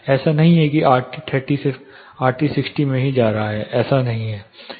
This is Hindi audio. ऐसा नहीं है कि RT 30 सिर्फ आधे RT 60 में जा रहा है ऐसा नहीं है